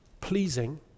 pleasing